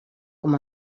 com